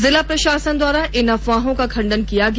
जिला प्रशासन द्वारा इन अफवाहों का खंडन किया गया